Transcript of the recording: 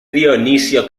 dionisio